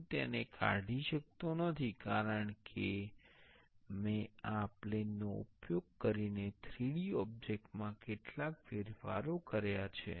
હું તેને કાઢી શકતો નથી કારણ કે મેં આ પ્લેન નો ઉપયોગ કરીને 3D ઓબ્જેક્ટ માં કેટલાક ફેરફારો કર્યા છે